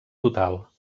total